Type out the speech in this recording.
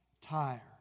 tire